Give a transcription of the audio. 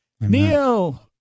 Neil